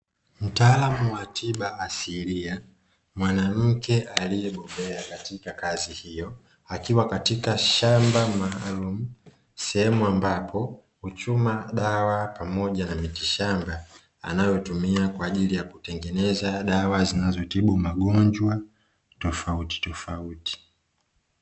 Mtaalamu wa tiba asilia, mwanamke aliyebobea katika kazi hiyo akiwa katika shamba maalumu, sehemu ambapo huchuma dawa pamoja na miti shamba anayotumia kwa ajili ya kutengeneza dawa zinazotibu magonjwa tofauti tofauti.